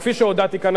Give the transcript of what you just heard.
וכפי שהודעתי כאן,